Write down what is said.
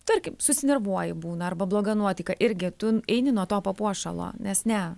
tarkim susinervuoji būna arba bloga nuotaika irgi tu eini nuo to papuošalo nes ne